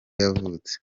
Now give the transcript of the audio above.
yavutse